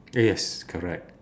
okay yes correct